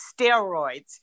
steroids